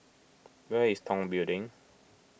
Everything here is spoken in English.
where is Tong Building